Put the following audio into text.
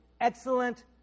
excellent